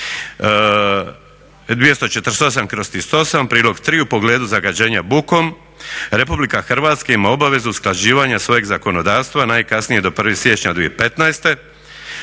248/38 prilog 3 u pogledu zagađenja bukom RH ima obvezu usklađivanja svojeg zakonodavstva najkasnije do 1.siječnja 2015.